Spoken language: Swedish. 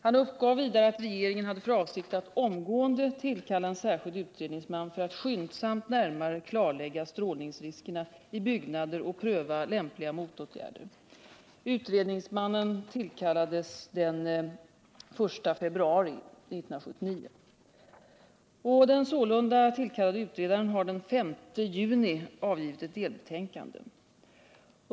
Han uppgav vidare att regeringen hade för avsikt att omgående tillkalla en särskild utredningsman för att skyndsamt närmare klarlägga strålningsriskerna i byggnader och pröva lämpliga motåtgärder. Utredningsmannen tillkallades den 1 februari 1979. Den sålunda tillkallade utredaren har den 5 juni avgivit ett delbetänkande.